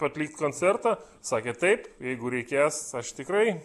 atlikt koncertą sakė taip jeigu reikės aš tikrai